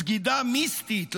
סגידה מיסטית לאומה,